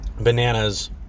bananas